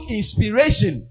inspiration